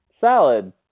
Salad